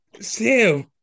Sam